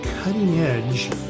cutting-edge